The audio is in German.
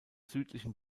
südlichen